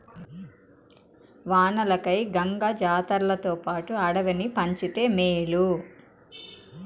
వానలకై గంగ జాతర్లతోపాటు అడవిని పంచితే మేలు